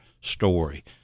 story